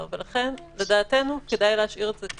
ולכן לדעתנו כדאי להשאיר את זה כמו שזה.